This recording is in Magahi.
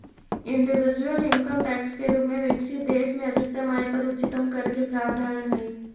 इंडिविजुअल इनकम टैक्स के रूप में विकसित देश में अधिकतम आय पर उच्चतम कर के प्रावधान हई